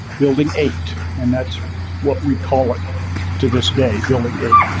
building eight. and that's what we call it to this day, building eight.